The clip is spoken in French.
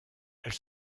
elle